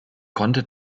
konnte